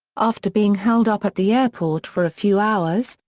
after being held up at the airport for a few hours,